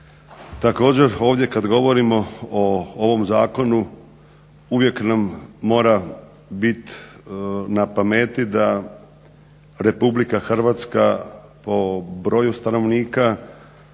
Također ovdje kada govorimo o ovom zakonu uvijek nam mora biti na pameti da Republika Hrvatska po broju stanovnika,